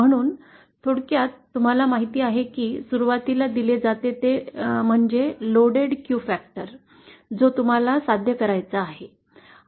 म्हणून थोडक्यात तुम्हाला माहिती आहे की सुरुवातीला दिले जाते ते म्हणजे लोडेड क्यू फॅक्टर जो तुम्हाला साध्य करायचा आहे